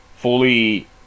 fully